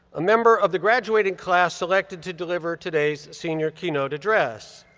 a member of the graduating class elected to deliver today's senior keynote address.